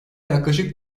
yaklaşık